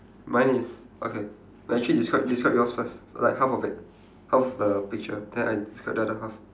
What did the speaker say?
mine is okay actually describe describe yours first like half of it half of the picture then I describe the other half